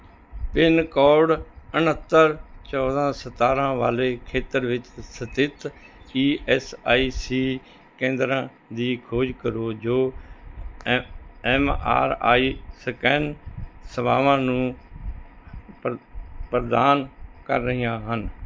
pin code ਉਣੱਤਰ ਚੌਦਾਂ ਸਤਾਰ੍ਹਾਂ ਵਾਲੇ ਖੇਤਰ ਵਿੱਚ ਸਥਿਤ ਈ ਐੱਸ ਆਈ ਸੀ ਕੇਂਦਰਾਂ ਦੀ ਖੋਜ ਕਰੋ ਜੋ ਐ ਐੱਮ ਆਰ ਆਈ ਸਕੈਨ ਸੇਵਾਵਾਂ ਨੂੰ ਪ੍ਰ ਪ੍ਰਦਾਨ ਕਰ ਰਹੀਆਂ ਹਨ